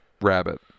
Rabbit